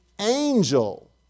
angel